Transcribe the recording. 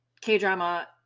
K-drama